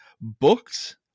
books